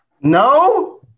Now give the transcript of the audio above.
No